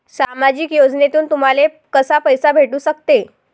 सामाजिक योजनेतून तुम्हाले कसा पैसा भेटू सकते?